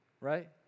Right